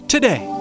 Today